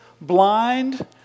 blind